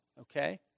Okay